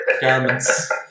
garments